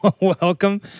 Welcome